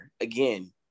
again